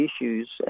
issues